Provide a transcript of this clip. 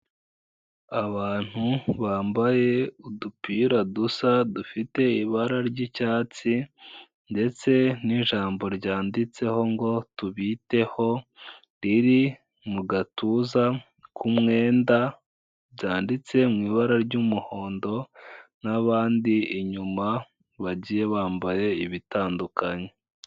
Abantu bambaye udupira dusa, dufite ibara ry'icyatsi ndetse n'ijambo ryanditseho ngo tubiteho, riri mu gatuza k'umwenda, byanditse mu ibara ry'umuhondo, n'abandi inyuma bagiye bambaye ibitandukanye.